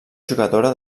jugadora